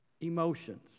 emotions